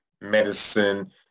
medicine